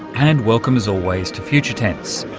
and welcome as always to future tense.